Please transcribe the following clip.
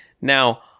Now